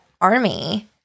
army